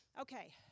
Okay